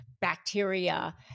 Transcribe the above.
bacteria